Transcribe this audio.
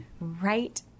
right